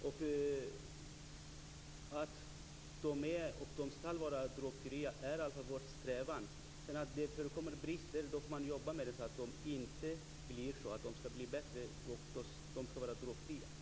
Det är i alla fall vår strävan att de skall vara drogfria. Om det förekommer brister får man jobba med dem. De skall bli bättre, och de skall vara drogfria.